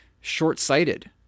short-sighted